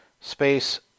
space